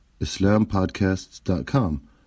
IslamPodcasts.com